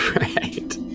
Right